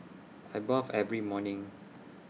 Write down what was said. I bath every morning